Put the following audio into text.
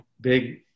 big